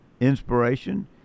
inspiration